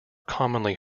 commonly